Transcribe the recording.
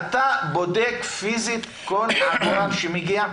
אתה בודק פיזית כל עגורן שמגיע?